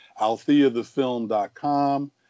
altheathefilm.com